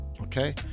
okay